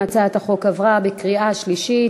הצעת החוק עברה בקריאה שלישית.